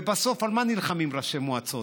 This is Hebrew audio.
ובסוף, על מה נלחמים ראשי מועצות?